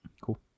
Cool